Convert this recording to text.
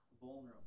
vulnerable